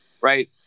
right